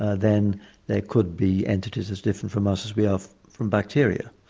then there could be entities as different from us as we are from bacteria.